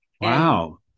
Wow